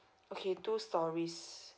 okay two storeys